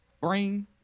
brain